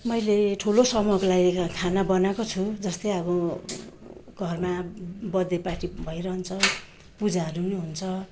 मैले ठुलो समूहको लागि खाना बनाएको छु जस्तै अब घरमा बर्थदे पार्टी भइरहन्छ पूजाहरू पनि हुन्छ